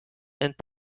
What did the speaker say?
and